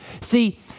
See